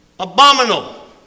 Abominable